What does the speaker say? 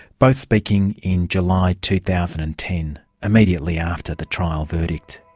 both speaking in july two thousand and ten, immediately after the trial verdict.